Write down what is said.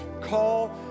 call